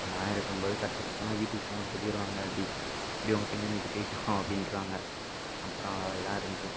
நானெல்லாம் இருக்கும்போது கட் அடிச்சுட்டு போனால் வீட்டுக்கு ஃபோன் சொல்லிடுவாங்க அப்படி இப்படி உங்கள் பையன் இன்றைக்கு போய்விட்டான் அப்படின்ருவாங்க அப்புறம் இதாக இருந்துச்சி